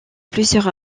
plusieurs